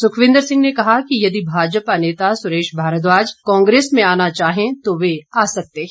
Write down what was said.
सुखविंदर सिंह ने कहा कि यदि भाजपा नेता सुरेश भारद्वाज कांग्रेस में आना चाहें तो वे आ सकते हैं